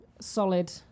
Solid